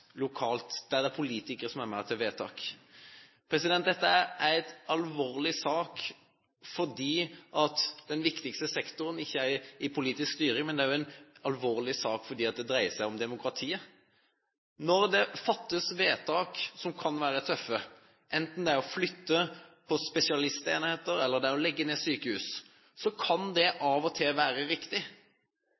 lokalt, der det er politikere som er med og gjør vedtak. Dette er en alvorlig sak fordi den viktigste sektoren ikke er under politisk styring, men det er også en alvorlig sak fordi det dreier seg om demokratiet. Når det fattes vedtak som kan være tøffe, enten det er å flytte på spesialistenheter eller å legge ned sykehus, kan det av og til være riktig.